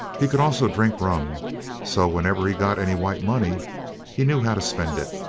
he could also drink rum so whenever he got any white money he knew how to spend it.